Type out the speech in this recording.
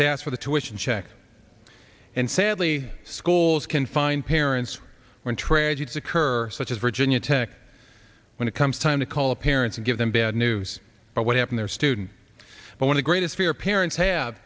to ask for the tuitions check and sadly schools can find parents when tragedies occur such as virginia tech when it comes time to call parents and give them bad news about what happened their student but what the greatest fear parents have